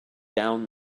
down